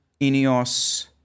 Ineos